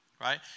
right